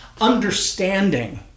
understanding